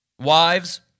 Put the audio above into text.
Wives